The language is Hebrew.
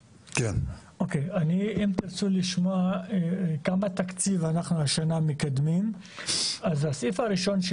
--- אם תרצו לשמוע כמה תקציב השנה אנחנו מקדמים אז הסעיף הראשון,